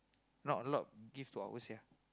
not a lot give two hour sia